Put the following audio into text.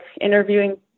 interviewing